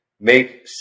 make